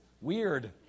weird